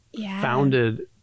founded